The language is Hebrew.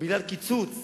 ובגלל קיצוץ